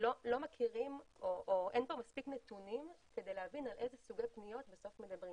פה מספיק נתונים כדי להבין על איזה סוגי פניות מדברים בסוף.